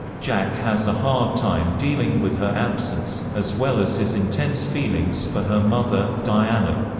jack has a hard time dealing with her absence, as well as his intense feelings for her mother, diana.